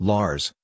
Lars